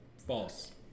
False